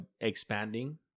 expanding